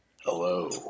Hello